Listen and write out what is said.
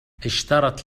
اشترت